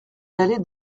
d’aller